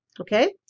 Okay